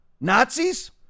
Nazis